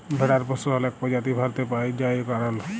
ভেড়ার পশুর অলেক প্রজাতি ভারতে পাই জাই গাড়ল